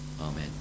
Amen